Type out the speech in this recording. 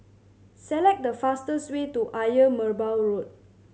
select the fastest way to Ayer Merbau Road